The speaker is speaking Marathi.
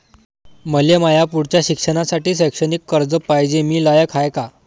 मले माया पुढच्या शिक्षणासाठी शैक्षणिक कर्ज पायजे, मी लायक हाय का?